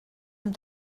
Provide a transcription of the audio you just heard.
amb